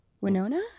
winona